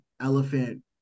elephant